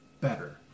better